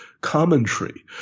commentary